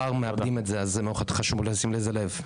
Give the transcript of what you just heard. מאוד חשוב לשים לזה לב.